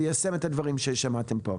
ליישם את הדברים ששמעתם פה,